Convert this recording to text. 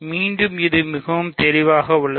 மீண்டும் இது மிகவும் தெளிவாக உள்ளது